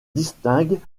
distinguent